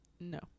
No